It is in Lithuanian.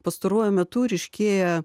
pastaruoju metu ryškėja